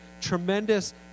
tremendous